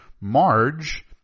Marge